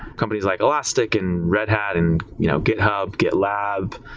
companies like elastic and red hat, and you know github, gitlab,